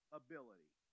ability